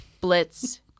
blitz